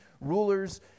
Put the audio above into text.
rulers